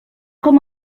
com